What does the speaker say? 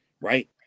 right